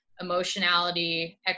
emotionality